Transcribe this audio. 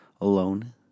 alone